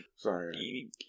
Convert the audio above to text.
Sorry